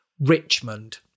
Richmond